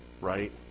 Right